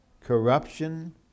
corruption